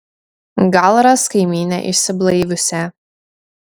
gal ras kaimynę išsiblaiviusią